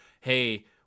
hey